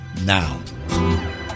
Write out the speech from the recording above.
now